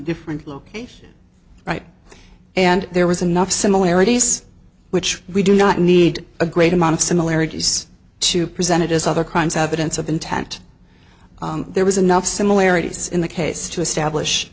different location right and there was enough similarities which we do not need a great amount of similarities to presented as other crimes habitants of intent there was enough similarities in the case to establish